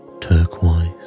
turquoise